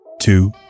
two